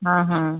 हाँ हाँ